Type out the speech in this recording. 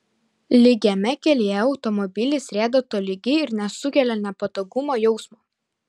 lygiame kelyje automobilis rieda tolygiai ir nesukelia nepatogumo jausmo